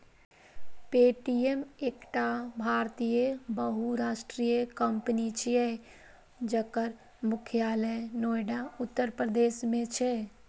Paytm एकटा भारतीय बहुराष्ट्रीय कंपनी छियै, जकर मुख्यालय नोएडा, उत्तर प्रदेश मे छै